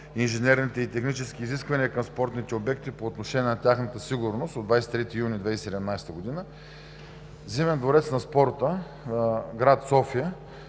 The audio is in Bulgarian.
инженерните и техническите изисквания към спортните обекти по отношение на тяхната сигурност от 23 юни 2017 г., Зимен дворец на спорта, град София,